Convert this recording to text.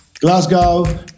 Glasgow